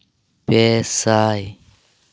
ᱯᱮ ᱥᱟᱭ